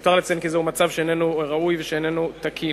מיותר לציין כי זהו מצב שאיננו ראוי ואיננו תקין.